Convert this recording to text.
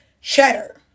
Cheddar